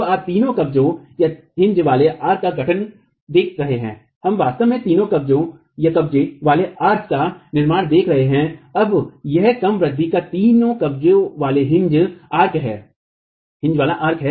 तो आप तीन कब्जेहिन्ज वाले आर्क का गठन देख रहे हैं हम वास्तव में तीन कब्जेहिन्ज वाले आर्क का निर्माण देख रहे हैं और अब यह कम वृद्धि का तीन कब्जेहिन्ज वाला आर्क है